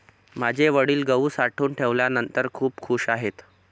माझे वडील गहू साठवून ठेवल्यानंतर खूप खूश आहेत